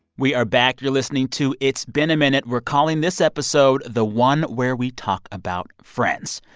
we are back. you're listening to it's been a minute. we're calling this episode the one where we talk about friends.